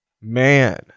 Man